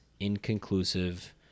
inconclusive